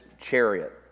chariot